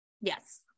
Yes